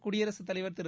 குடியரகத்தலைவர் திரு